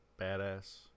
Badass